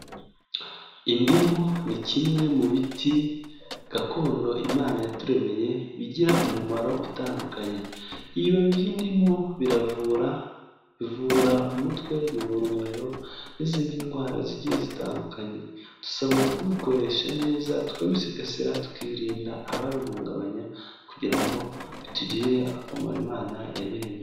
Indimu ni kimwe mu biti gakondo Imana yaturemeye bigira umumaro utandukanye, ibibabi by'indimo biravura, bivura umutwe, bibura umuriro n'izindi ndwara zigiye zitandukanye, dusabwa kubikoresha neza tukabisigasira tukirinda ababihungabanya kugira ngo bitugirire akamaro Imana yabiremye.